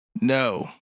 No